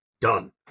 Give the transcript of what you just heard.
Done